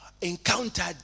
encountered